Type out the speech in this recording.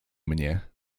mnie